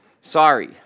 Sorry